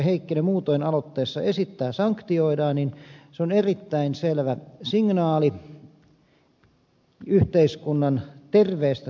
heikkinen muutoin aloitteessaan esittää sanktioidaan on se erittäin selvä signaali yhteiskunnan terveestä tahtotilasta